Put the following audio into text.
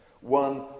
One